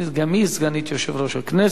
גם היא סגנית יושב-ראש הכנסת,